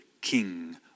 king